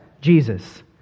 Jesus